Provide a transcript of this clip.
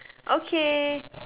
okay